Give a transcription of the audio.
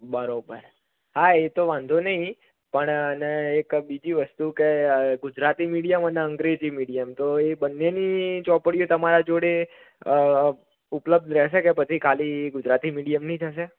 બરાબર હા એ તો વાંધો નહીં પણ અને એક બીજી વસ્તુ કે ગુજરાતી મીડીયમ અને અંગ્રેજી મીડીયમ તો એ બંનેની ચોપડીઓ તમારા જોડે ઉપલબ્ધ રહેશે કે પછી ખાલી ગુજરાતી મીડીયમની જ હશે